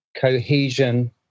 cohesion